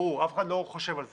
אף אחד לא חושב על זה.